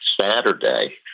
Saturday